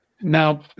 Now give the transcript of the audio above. Now